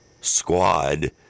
squad